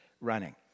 running